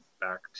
back